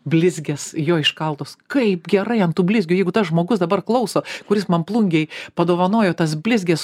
blizgias jo iškaltos kaip gerai ant tų blizgių jeigu tas žmogus dabar klauso kuris man plungėj padovanojo tas blizgias